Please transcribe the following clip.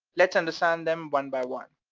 let's understand them one by one.